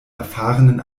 erfahrenen